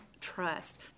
trust